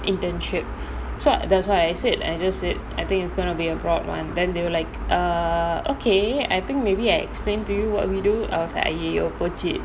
internship so that's why I said I just said I think it's going to be a broad one then they were like err okay I think maybe I explain to you what we do I was like !aiyo! போச்சி:pochi